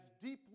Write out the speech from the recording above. deeply